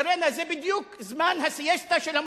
סירנה, זה בדיוק זמן הסיאסטה של המוסלמים,